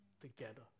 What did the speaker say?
together